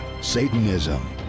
Satanism